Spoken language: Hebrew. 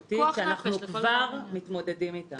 משמעותית שאנחנו כבר מתמודדים איתה.